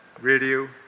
radio